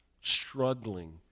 Struggling